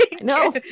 no